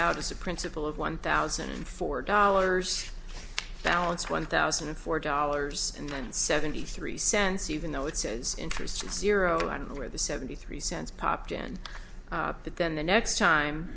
out as a principle of one thousand and four dollars balance one thousand and four dollars and then seventy three cents even though it says interest is zero i don't know where the seventy three cents popped in but then the next time